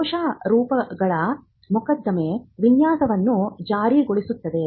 ದೋಷಾರೋಪಗಳ ಮೊಕದ್ದಮೆ ವಿನ್ಯಾಸವನ್ನು ಜಾರಿಗೊಳಿಸುತ್ತದೆ